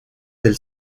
del